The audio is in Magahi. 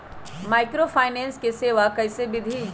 माइक्रोफाइनेंस के सेवा कइसे विधि?